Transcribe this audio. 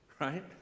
right